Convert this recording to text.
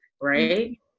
right